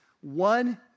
one